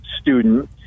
student